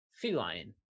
feline